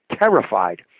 terrified